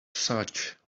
such